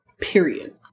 Period